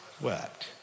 wept